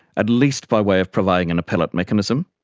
at least by way of providing an appellate mechanism,